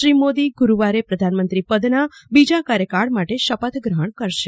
ત્રી મોદી ગુરૂવારે પ્રધાનમંત્રીના બીજા કાર્ચકાળ માટે શપથ થ્રહણ કરશે